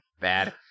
Bad